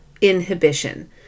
inhibition